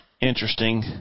interesting